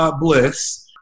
bliss